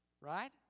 right